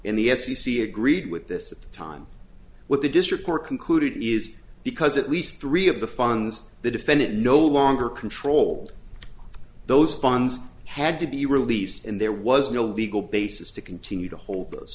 in the f c c agreed with this at the time with the district court concluded it is because at least three of the funds the defendant no longer controlled those funds had to be released and there was no legal basis to continue to hold those